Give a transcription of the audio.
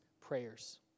prayers